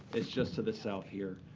it's just to the south here.